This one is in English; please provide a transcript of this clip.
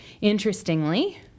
Interestingly